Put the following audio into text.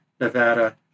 Nevada